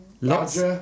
Lots